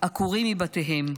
עקורים מבתיהם,